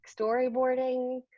storyboarding